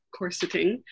corseting